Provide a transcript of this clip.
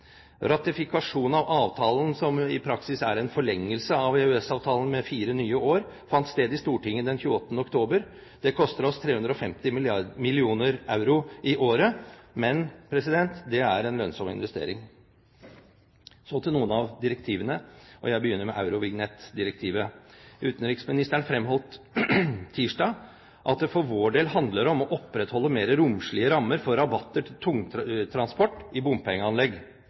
av avtalen, som i praksis er en forlengelse av EØS-avtalen med fire nye år, fant sted i Stortinget den 28. oktober. Det koster oss 350 mill. euro i året, men det er en lønnsom investering. Så til noen av direktivene, og jeg begynner med Eurovignettdirektivet. Utenriksministeren fremholdt tirsdag at det for vår del handler om å opprettholde mer romslige rammer for rabatter til tungtransport i bompengeanlegg. Han har Fremskrittspartiets fulle støtte her. I